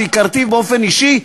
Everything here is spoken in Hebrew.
שהכרתיו באופן אישי,